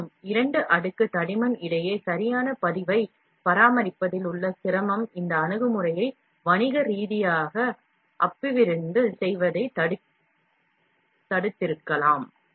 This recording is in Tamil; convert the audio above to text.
இருப்பினும் இரண்டு அடுக்கு தடிமன் இடையே சரியான பதிவைப் பராமரிப்பதில் உள்ள சிரமம் இந்த அணுகுமுறையை வணிக ரீதியாக அபிவிருத்தி செய்வதைத் தடுத்திருக்கலாம்